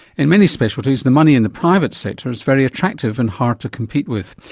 in many specialties, the money in the private sector is very attractive and hard to compete with.